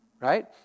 Right